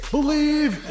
Believe